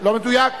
לא מדויק?